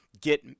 get